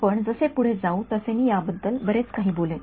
आपण जसे पुढे जाऊ तसे मी याबद्दल बरेच काही बोलेन